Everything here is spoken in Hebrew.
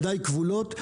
ידיי כבולות,